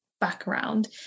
background